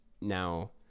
Now